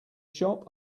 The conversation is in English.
shop